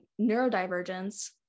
Neurodivergence